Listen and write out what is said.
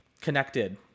connected